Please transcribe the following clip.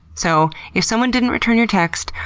so, if someone didn't return your text,